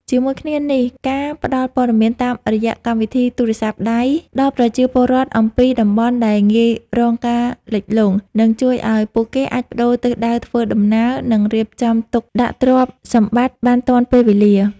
ជាមួយគ្នានេះ ការផ្តល់ព័ត៌មានតាមរយៈកម្មវិធីទូរស័ព្ទដៃដល់ប្រជាពលរដ្ឋអំពីតំបន់ដែលងាយរងការលិចលង់ នឹងជួយឱ្យពួកគេអាចប្តូរទិសដៅធ្វើដំណើរ និងរៀបចំទុកដាក់ទ្រព្យសម្បត្តិបានទាន់ពេលវេលា។